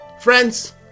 friends